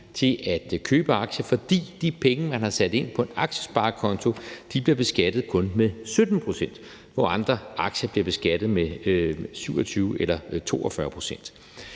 til at købe aktier, fordi de penge, man har sat ind på en aktiesparekonto, bliver beskattet med kun 17 pct., hvor andre aktier bliver beskattet med 27 eller 42